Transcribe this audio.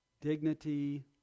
dignity